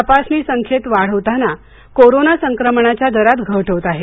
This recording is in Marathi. तपासणी संख्येत वाढ होताना कोरोना संक्रमणाच्या दरात घट होत आहे